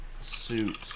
suit